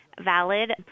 valid